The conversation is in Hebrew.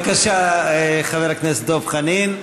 בבקשה חבר הכנסת דב חנין.